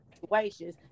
situations